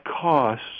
costs